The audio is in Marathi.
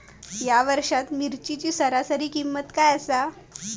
या वर्षात मिरचीची सरासरी किंमत काय आसा?